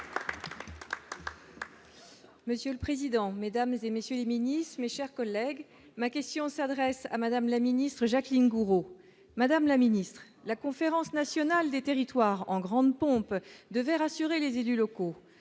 Monsieur le président, Mesdames et messieurs, féminisme et chers collègues, ma question s'adresse à Madame la Ministre, Jacqueline Gourault, Madame la Ministre, la conférence nationale des territoires en grande pompe devait rassurer les élus locaux